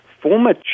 former